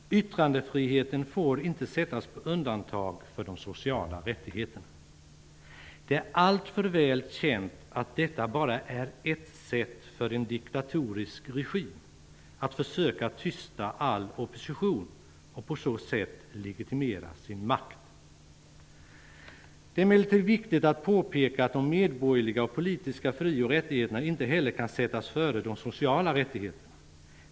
Yttrandefriheten får inte sättas på undantag till förmån för de sociala rättigheterna. Det är alltför väl känt att detta bara är ett sätt för en diktatorisk regim att försöka tysta all opposition och på så sätt legitimera sin makt. Det är emellertid viktigt att påpeka att de medborgerliga och politiska fri och rättigheterna inte heller kan sättas före de sociala rättigheterna.